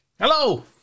Hello